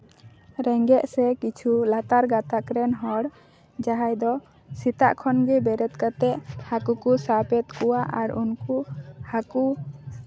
ᱨᱮᱸᱜᱮᱡ ᱥᱮ ᱠᱤᱪᱷᱩ ᱞᱟᱛᱟᱨ ᱜᱟᱛᱟᱠ ᱨᱮᱱ ᱦᱚᱲ ᱡᱟᱦᱟᱸᱭ ᱫᱚ ᱥᱮᱛᱟᱜ ᱠᱷᱚᱱᱜᱮ ᱵᱮᱨᱮᱫ ᱠᱟᱛᱮ ᱦᱟᱹᱠᱩ ᱠᱚ ᱥᱟᱵ ᱮᱫ ᱠᱚᱣᱟ ᱟᱨ ᱩᱱᱠᱩ ᱦᱟᱹᱠᱩ